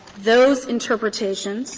those interpretations